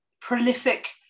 prolific